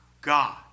God